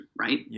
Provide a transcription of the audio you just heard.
right